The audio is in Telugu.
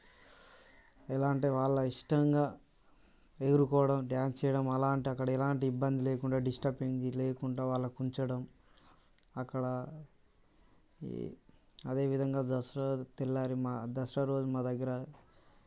ఎలా అంటే వాళ్ళ ఇష్టంగా ఎగురుకోవడం డ్యాన్స్ చేయడం అలాంటి అక్కడ ఎలాంటి ఇబ్బంది లేకుండా డిస్టబెన్స్ లేకుండా వాళ్ళకి ఉంచడం అక్కడ ఈ అదే విధంగా దసరా తెల్లారి దసరా రోజు మా దగ్గర